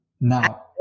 Now